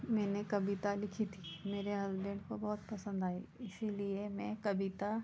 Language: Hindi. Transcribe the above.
मैंने कविता लिखी थी मेरे हसबेंड को बहुत पसंद आई इसीलिए मैं कविता